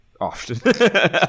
often